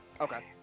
Okay